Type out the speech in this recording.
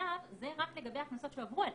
זה רק לגבי הקנסות שהועברו אליהם,